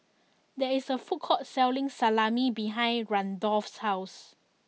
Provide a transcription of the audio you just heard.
there is a food court selling Salami behind Randolph's house